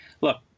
look